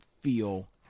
feel